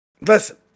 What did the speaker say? Listen